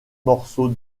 morceau